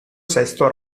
sesto